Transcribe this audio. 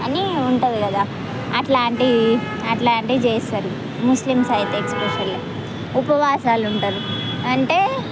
అని ఉంటుంది కదా అలాంటివి అలాంటివి చేస్తారు ముస్లిమ్స్ అయితే ఎస్పెషల్లీ ఉపవాసాలు ఉంటారు అంటే